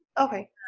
okay